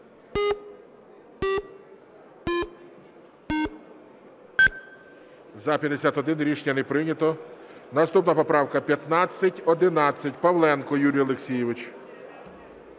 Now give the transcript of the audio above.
За-51 Рішення не прийнято. Наступна поправка 1511. Павленко Юрій Олексійович.